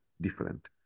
different